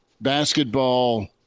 basketball